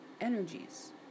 energies